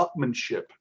upmanship